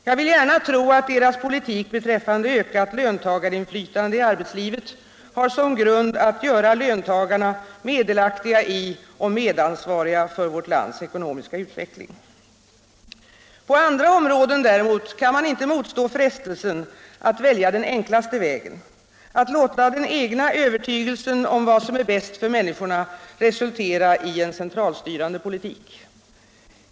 Jag vill gärna tro att deras politik beträffande ökande löntagarinflytande i arbetslivet har som grund att göra löntagarna meddelaktiga i och medansvariga för vårt lands ekonomiska utveckling. På andra områden däremot kan man inte motstå frestelsen att välja den enklaste vägen — att låta den egna övertygelsen om vad som är bäst för människorna resultera i en centralstyrande politik.